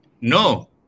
No